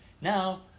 now